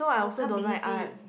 oh can't believe it